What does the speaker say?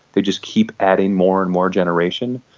they just keep adding more and more generation.